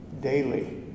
daily